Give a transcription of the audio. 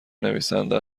نویسنده